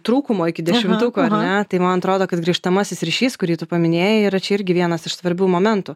trūkumo iki dešimtuko ar ne man atrodo kad grįžtamasis ryšys kurį tu paminėjai yra čia irgi vienas iš svarbių momentų